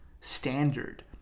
standard